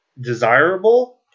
desirable